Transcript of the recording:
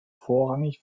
vorrangig